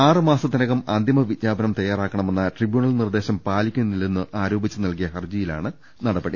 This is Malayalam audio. ആറു മാസത്തിനകം അന്തിമ വിജ്ഞാപനം തയാറാക്കണമെന്ന ട്രിബ്യൂണൽ നിർദേശം പാലിക്കുന്നില്ലെന്ന് ആരോപിച്ച് നൽകിയ ഹർജിയിലാണ് നടപടി